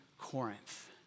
Corinth